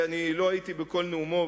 אני לא הייתי בכל נאומו,